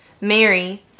Mary